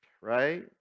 Right